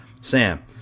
Sam